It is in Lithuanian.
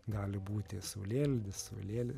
gali būti saulėlydis saulėl